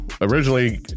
originally